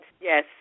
Yes